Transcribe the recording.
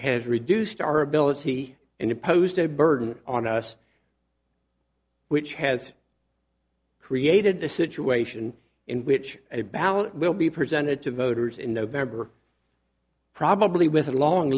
has reduced our ability and imposed a burden on us which has created a situation in which a ballot will be presented to voters in november probably with a long